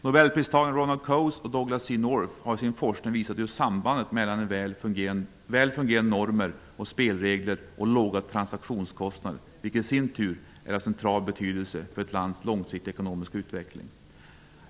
North har i sin forskning visat sambandet mellan väl fungerande normer och spelregler samt låga transaktionskostnader, vilket i sin tur är av central betydelse för ett lands långsiktiga ekonomiska utveckling.